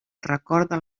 recorda